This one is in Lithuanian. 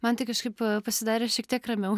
man tai kažkaip a pasidarė šiek tiek ramiau